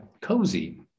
Cozy